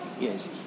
Yes